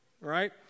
right